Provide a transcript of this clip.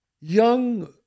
young